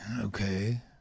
okay